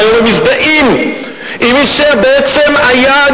והיום הם מזדהים עם מי שבעצם היה,